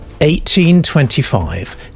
1825